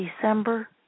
December